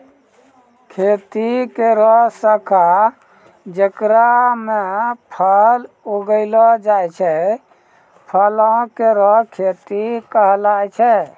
खेती केरो शाखा जेकरा म फल उगैलो जाय छै, फलो केरो खेती कहलाय छै